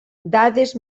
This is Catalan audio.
dades